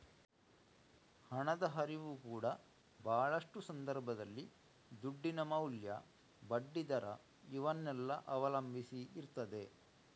ಹಣದ ಹರಿವು ಕೂಡಾ ಭಾಳಷ್ಟು ಸಂದರ್ಭದಲ್ಲಿ ದುಡ್ಡಿನ ಮೌಲ್ಯ, ಬಡ್ಡಿ ದರ ಇವನ್ನೆಲ್ಲ ಅವಲಂಬಿಸಿ ಇರ್ತದೆ